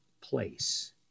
place